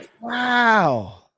wow